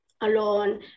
alone